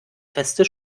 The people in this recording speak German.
festes